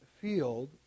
field